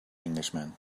englishman